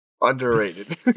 underrated